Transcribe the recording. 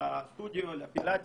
לפילאטיס,